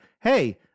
hey